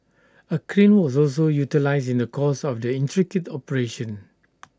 A crane was also utilised in the course of the intricate operation